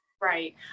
Right